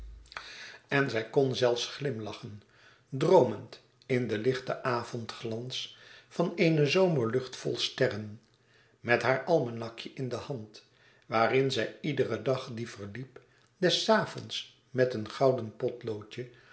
en zij kon zelfs glimlachen droomend in den lichten avondglans van eene zomerlucht vol sterren met haar almanakje in de hand waarin zij iederen dag die verliep des avonds met een gouden potloodje